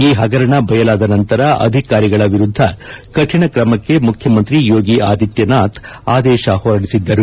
ಈ ಹಗರಣ ಬಯಲಾದ ನಂತರ ಅಧಿಕಾರಿಗಳ ವಿರುದ್ದ ಕಠಿಣ ಕ್ರಮಕ್ಕೆ ಮುಖ್ಯಮಂತ್ರಿ ಯೋಗಿ ಆದಿತ್ಯನಾಥ್ ಆದೇಶ ಹೊರೆಡಿಸಿದ್ದರು